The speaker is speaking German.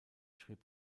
schrieb